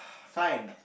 fine